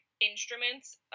instruments